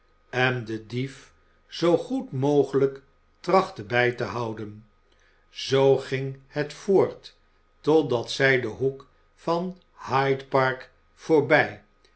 en den dief zoo goed mogelijk trachtte bij te houden zoo ging het voort totdat zij den hoek van hyde park voorbij